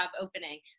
opening